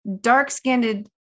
dark-skinned